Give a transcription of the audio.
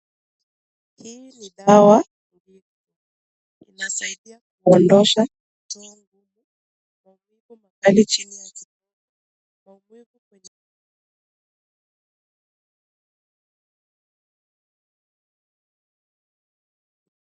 Hii ni dawa inasaidia kuodosha choo na kusafisha mazingira. Huyu ni mama anaipaka kwenye ukuta wa choo yake hili kufukuza mende.